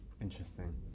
Interesting